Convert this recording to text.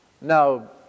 Now